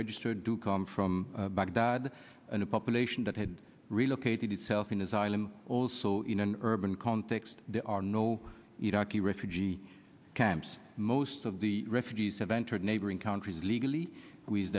registered to come from baghdad and a population that had relocated itself in his island also in an urban context there are no iraqi refugee camps most of the refugees have entered neighboring countries legally